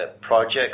projects